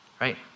right